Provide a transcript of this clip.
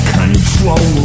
control